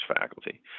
faculty